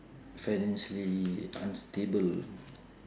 financially unstable